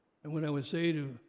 and what i would say to